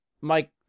Mike